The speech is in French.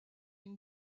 une